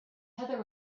heather